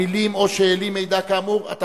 המלים 'או שהעלים מידע כאמור' יימחקו"?